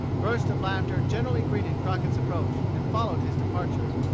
bursts of laughter generally greeted crockett's approach and followed his departure.